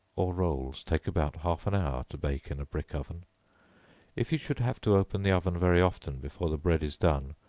or rolls, take about half an hour to bake in a brick oven if you should have to open the oven very often before the bread is done,